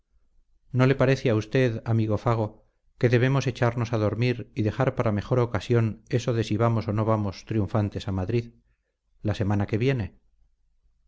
no le parece a usted amigo fago que debemos echamos a dormir y dejar para mejor ocasión eso de si vamos o no vamos triunfantes a madrid la semana que viene